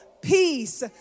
peace